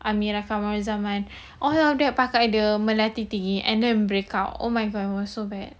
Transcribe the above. amirah kawan zaman all of that pakai the melati thingy and then break out oh my god it was so bad